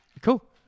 Cool